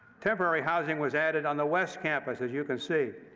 temporary housing was added on the west campus, as you can see,